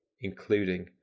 including